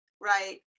Right